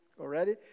already